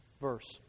verse